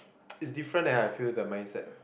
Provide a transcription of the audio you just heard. it's different leh I feel the mindset